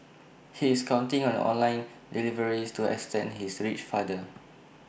he is counting on online deliveries to extend his reach farther